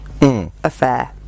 affair